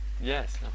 yes